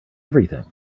everything